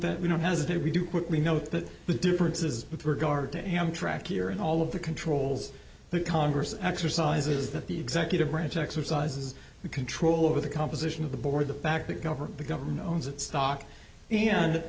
that we don't hesitate to do what we know but the difference is with regard to amtrak here in all of the controls the congress exercises that the executive branch exercises the control over the composition of the board the fact that government the government owns its stock and